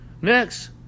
Next